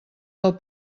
del